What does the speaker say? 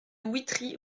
witry